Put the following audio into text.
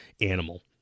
animal